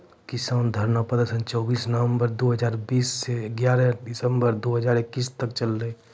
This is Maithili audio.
किसान धरना प्रदर्शन चौबीस नवंबर दु हजार बीस स ग्यारह दिसंबर दू हजार इक्कीस तक चललै